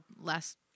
Last